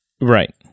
Right